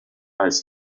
als